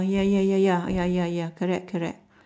ya ya ya ya ya ya ya correct correct